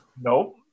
Nope